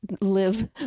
live